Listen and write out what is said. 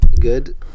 good